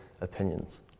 opinions